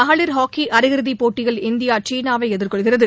மகளிர் ஹாக்கி அரை இறுதிப்போட்டியில் இந்தியா சீனாவை எதிர்கொள்கிறது